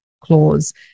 clause